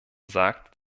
sagte